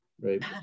right